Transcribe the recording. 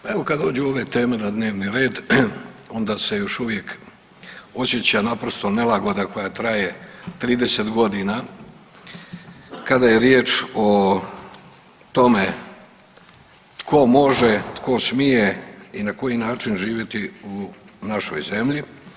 Ma evo kad dođu ove teme na dnevni red onda se još uvijek osjeća naprosto nelagoda koja traje 30.g. kada je riječ o tome tko može, tko smije i na koji način živjeti u našoj zemlji.